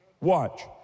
Watch